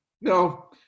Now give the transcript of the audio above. No